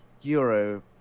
Euro